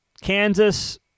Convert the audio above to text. Kansas